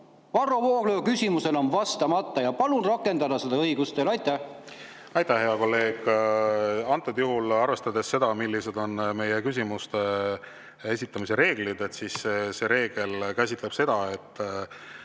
Varro Vooglaiu küsimusele on vastamata. Palun rakendada seda õigust! Aitäh, hea kolleeg! Arvestades seda, millised on meie küsimuste esitamise reeglid, siis see reegel käsitleb seda,